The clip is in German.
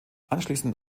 anschließend